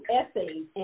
essays